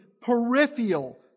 peripheral